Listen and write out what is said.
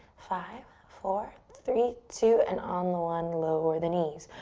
five, four, three, two and on the one, lower the knees.